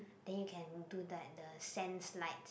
then you can do like the sand slides